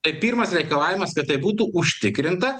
tai pirmas reikalavimas kad tai būtų užtikrinta